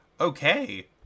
okay